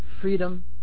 freedom